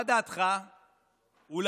מה דעתך אולי